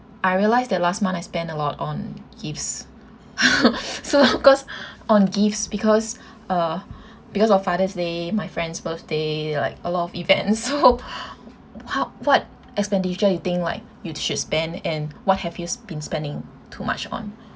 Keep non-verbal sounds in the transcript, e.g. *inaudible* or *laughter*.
I realised that last month I spend a lot on gifts *laughs* so 'cause on gifts because uh because of father's day my friend's birthday like a lot of event so *laughs* how what expenditure you think like you should spend and what have you been spending too much on